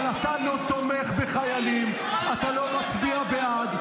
אבל אתה לא תומך בחיילים, אתה לא מצביע בעד.